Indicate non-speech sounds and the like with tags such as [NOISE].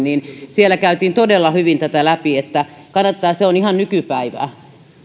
[UNINTELLIGIBLE] niin siellä käytiin todella hyvin tätä läpi eli kannattaa se on ihan nykypäivää